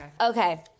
Okay